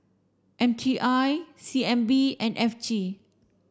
M T I C N B and F T